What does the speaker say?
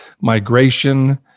migration